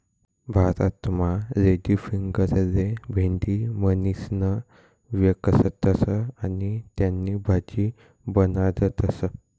भारतमा लेडीफिंगरले भेंडी म्हणीसण व्यकखतस आणि त्यानी भाजी बनाडतस